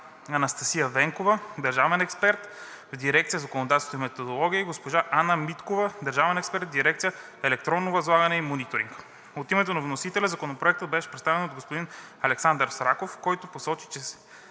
Анастасия Венкова – държавен експерт в дирекция „Законодателство и методология“, и госпожа Ана Миткова – държавен експерт в дирекция „Електронно възлагане и мониторинг“. От името на вносителя Законопроектът беше представен от господин Александър Свраков, който посочи, че